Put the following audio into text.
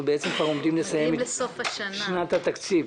במצב שאנחנו בעצם כבר עומדים לסיים את שנת התקציב,